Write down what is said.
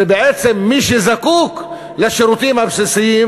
ובעצם, מי שזקוק לשירותים הבסיסיים